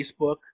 Facebook